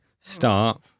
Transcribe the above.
start